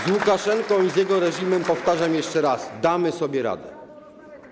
Z Łukaszenką i z jego reżimem - powtarzam to jeszcze raz - damy sobie radę.